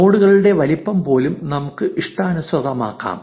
നോഡുകളുടെ വലുപ്പം പോലും നമുക്ക് ഇഷ്ടാനുസൃതമാക്കാം